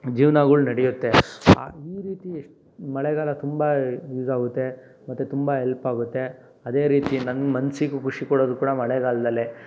ಜೀವ್ನಗಳು ನಡೆಯುತ್ತೆ ಆ ಈ ರೀತಿ ಮಳೆಗಾಲ ತುಂಬ ಯೂಸ್ ಆಗುತ್ತೆ ಮತ್ತು ತುಂಬ ಎಲ್ಪ್ ಆಗುತ್ತೆ ಅದೇ ರೀತಿ ನನ್ನ ಮನಸ್ಸಿಗೂ ಖುಷಿ ಕೊಡೋದು ಕೂಡ ಮಳೆಗಾಲದಲ್ಲೇ